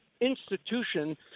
institution